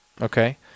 Okay